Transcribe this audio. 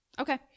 Okay